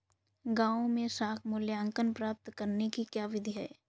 गाँवों में साख मूल्यांकन प्राप्त करने की क्या विधि है?